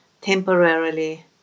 temporarily